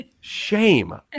Shame